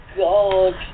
god